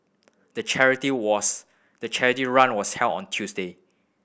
the charity was the charity run was held on a Tuesday